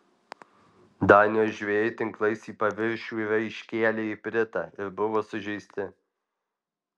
danijos žvejai tinklais į paviršių yra iškėlę ipritą ir buvo sužeisti